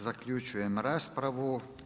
Zaključujem raspravu.